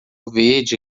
verde